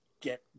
get